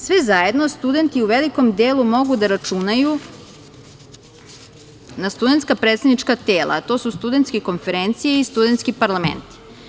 Svfe zajedno, studenti u velikom delu mogu da računaju na studentska predstavnička tela, a to su studentske konferencije i studentski parlament.